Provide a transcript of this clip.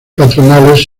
patronales